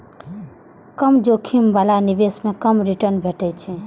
कम जोखिम बला निवेश मे कम रिटर्न भेटै छै